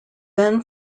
then